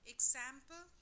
Example